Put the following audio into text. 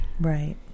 Right